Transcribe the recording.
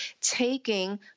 taking